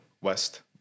West